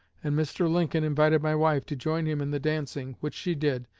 and mr. lincoln invited my wife to join him in the dancing, which she did,